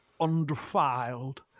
undefiled